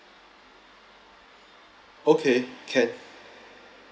okay can